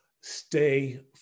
stay